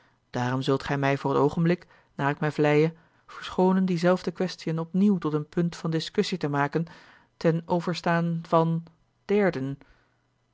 daarom zult gij mij voor t oogenblik naar ik mij vleie verschoonen diezelfde quaestiën opnieuw tot een punt van discussie te maken ten overstaan van derden